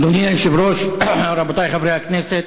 אדוני היושב-ראש, רבותי חברי הכנסת,